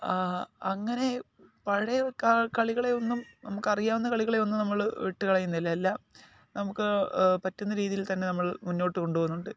അങ്ങനെ പഴയ കളികളെ ഒന്നും നമുക്ക് അറിയാവുന്ന കളികളെ ഒന്നും നമ്മള് വിട്ടുകളയുന്നില്ല എല്ലാം നമുക്ക് പറ്റുന്ന രീതിയിൽ തന്നെ നമ്മൾ മുന്നോട്ടു കൊണ്ടുപോകുന്നുണ്ട്